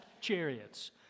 chariots